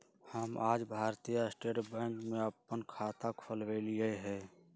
हम आज भारतीय स्टेट बैंक में अप्पन खाता खोलबईली ह